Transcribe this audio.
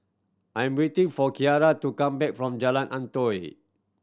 I'm waiting for Kiera to come back from Jalan Antoi